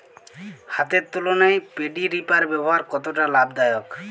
হাতের তুলনায় paddy reaper ব্যবহার কতটা লাভদায়ক?